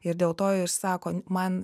ir dėl to ir sako man